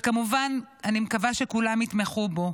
וכמובן אני מקווה שכולם יתמכו בו.